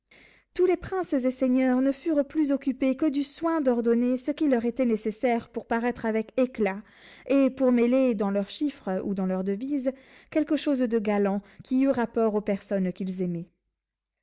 tous les princes et seigneurs ne furent plus occupés que du soin d'ordonner ce qui leur était nécessaire pour paraître avec éclat et pour mêler dans leurs chiffres ou dans leurs devises quelque chose de galant qui eût rapport aux personnes qu'ils aimaient